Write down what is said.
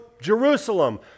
Jerusalem